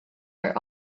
were